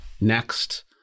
next